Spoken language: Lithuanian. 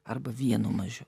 arba vienu mažiau